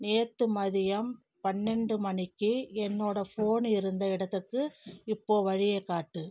நேற்று மதியம் பன்னெண்டு மணிக்கு என்னோட ஃபோன் இருந்த இடத்துக்கு இப்போ வழியை காட்டு